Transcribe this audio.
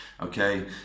Okay